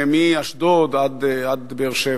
מאשדוד ועד באר-שבע.